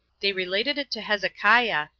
they related it to hezekiah,